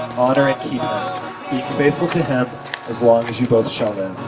honor and keep him, be faithful to him as long as you both shall live?